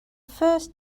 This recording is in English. first